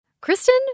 Kristen